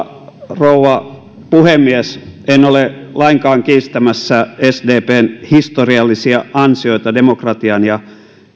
rouva puhemies en ole lainkaan kiistämässä sdpn historiallisia ansioita demokratian ja